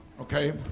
okay